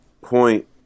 point